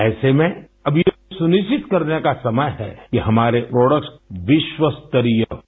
ऐसे में अर्ब यह सुनिश्चित करने का समय है कि हमारे प्रोडक्ट्स विश्वस्तरीय हों